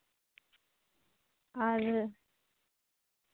ᱟᱨ